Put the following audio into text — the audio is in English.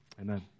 Amen